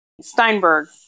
Steinberg